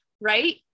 right